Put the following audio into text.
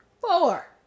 Four